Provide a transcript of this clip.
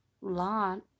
Lot